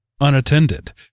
unattended